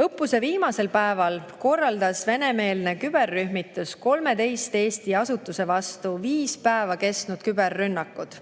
Õppuse viimasel päeval korraldas Vene-meelne küberrühmitus 13 Eesti asutuse vastu viis päeva kestnud küberrünnakud.